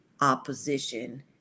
opposition